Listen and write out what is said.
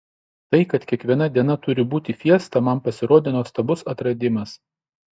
tai kad kiekviena diena turi būti fiesta man pasirodė nuostabus atradimas